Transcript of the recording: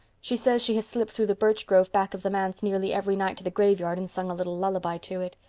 she says she has slipped through the birch grove back of the manse nearly every night to the graveyard and sung a little lullaby to it.